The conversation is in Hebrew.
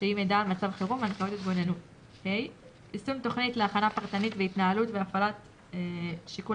; (ה) יישום תוכנית להכנה פרטנית ולהתנהלות והפעלת שיקול